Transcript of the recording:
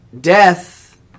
death